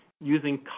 using